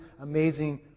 amazing